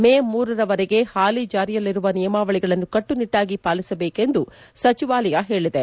ಮೇ ಇರವರೆಗೆ ಹಾಲಿ ಜಾರಿಯಲ್ಲಿರುವ ನಿಯಮಾವಳಿಗಳನ್ನು ಕಟ್ಟುನಿಟ್ಟಾಗಿ ಪಾಲಿಸಬೇಕು ಎಂದು ಸಚಿವಾಲಯ ಹೇಳಿದೆ